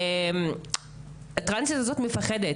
הטרנסית הזו מפחדת.